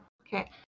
Okay